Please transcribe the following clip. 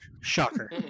Shocker